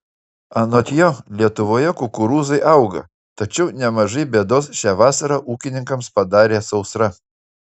anot jo lietuvoje kukurūzai auga tačiau nemažai bėdos šią vasarą ūkininkams padarė sausra